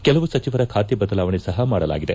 ಕೆಲವು ಸಚಿವರ ಖಾತೆ ಬದಲಾವಣೆ ಸಪ ಮಾಡಲಾಗಿದೆ